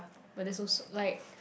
but that's so like